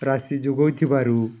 ରାଶି ଯୋଗଉଥିବାରୁ